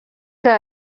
que